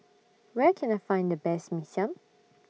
Where Can I Find The Best Mee Siam